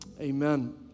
Amen